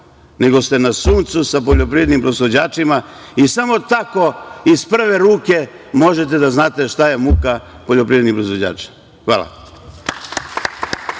nego ste na suncu sa poljoprivrednim proizvođačima i samo tako iz prve ruke možete da znate šta je muka poljoprivrednih proizvođača. Hvala.